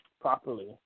properly